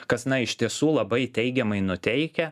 kas na iš tiesų labai teigiamai nuteikia